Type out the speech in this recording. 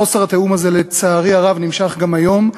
וחוסר התיאום הזה, לצערי הרב נמשך גם היום.